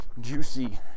juicy